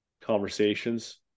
conversations